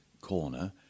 corner